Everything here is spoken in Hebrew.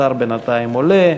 השר בינתיים עולה,